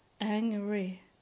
angry